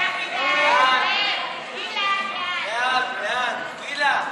צו לקידום הבנייה במתחמים המועדפים לדיור (הוראת שעה) (הארכת תוקף),